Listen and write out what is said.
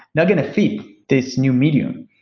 they're going to fit this new medium.